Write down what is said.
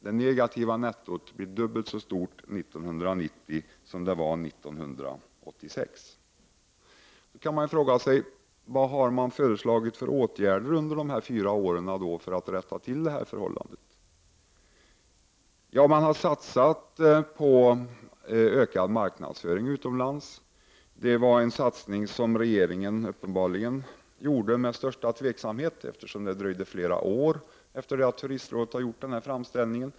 Det negativa nettot blir dubbelt så stort 1990 som det var 1986. Man kan då fråga sig vilka åtgärder som har föreslagits under dessa fyra år för att rätta till detta förhållande. Man har satsat på ökad marknadsföring utomlands, men detta var en satsning som regeringen uppenbarligen gjorde med största tveksamhet eftersom den dröjde flera år efter det att Turistrådet hade gjort sin framställning.